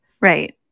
right